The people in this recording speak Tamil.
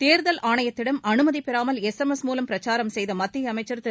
தேர்தல் ஆணையத்திடம் அனுமதி பெறாமல் எஸ் எஸ் எஸ் மூலம் பிரச்சாரம் செய்த மத்திய அமைச்சர் திரு